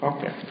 Okay